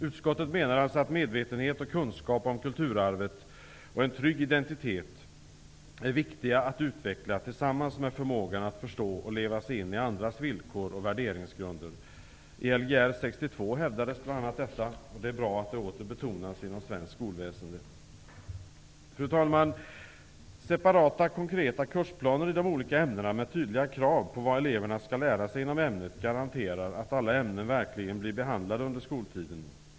Utskottet menar att det är viktigt att man utvecklar medvetenhet och kunskap om kulturarvet samt en trygg identitet tillsammans med förmågan att förstå och leva sig in i andras villkor och värderingsgrunder. I Lgr 62 hävdades bl.a. detta. Det är bra att det åter betonas inom svenskt skolväsende. Fru talman! Separata, konkreta kursplaner i de olika ämnena, med tydliga krav på vad eleverna skall lära sig, garanterar att alla ämnen verkligen blir behandlade under skoltiden.